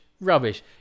Rubbish